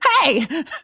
Hey